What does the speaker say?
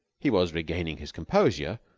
he was regaining his composure,